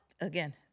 again